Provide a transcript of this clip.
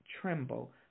tremble